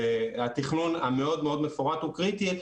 והתכנון המאוד מאוד מפורט הוא קריטי,